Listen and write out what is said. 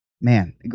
man